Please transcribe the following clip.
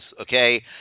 okay